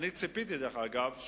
דרך אגב,